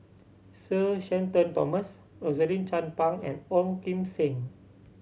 Sir Shenton Thomas Rosaline Chan Pang and Ong Kim Seng